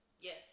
Yes